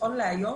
ונכון להיום,